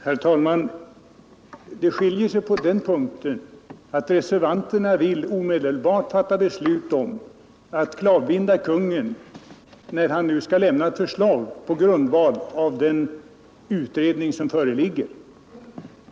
Herr talman! Det skiljer sig på den punkten att reservanterna vill omedelbart fatta beslut om att klavbinda Kungl. Maj:t när det gäller att lämna ett förslag på grundval av den utredning som föreligger.